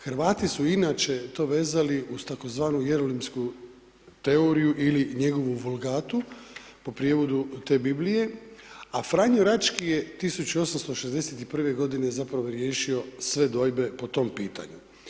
Hrvati su inače to vezali uz tzv. jeronimsku teoriju ili njegovu Vulgatu po prijevodu te Biblije a Franjo Rački je 1861. g. zapravo riješio sve dvojbe po tom pitanju.